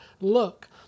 Look